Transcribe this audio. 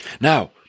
Now